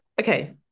Okay